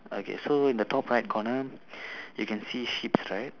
okay so in the top right corner you can see sheeps right